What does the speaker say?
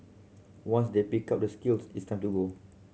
once they pick up the skills it's time to go